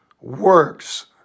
works